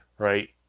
right